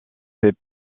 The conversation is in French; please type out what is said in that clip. fait